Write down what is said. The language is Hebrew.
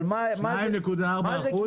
2.4% מכלל הייבוא.